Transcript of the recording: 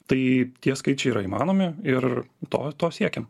tai tie skaičiai yra įmanomi ir to to siekėm